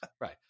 Right